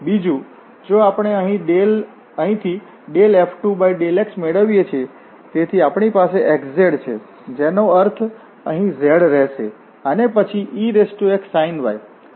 બીજું જો આપણે અહીંથી F2∂x મેળવીએ છીએ તેથી આપણી પાસે xz છે જેનો અર્થ અહીં z રહેશે અને પછી exsin y